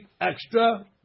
extra